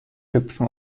hüpfen